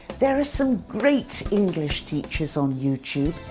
there are some great english teachers on youtube,